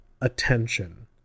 attention